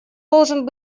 должен